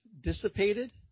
dissipated